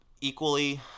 equally